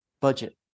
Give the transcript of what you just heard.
budget